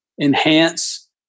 enhance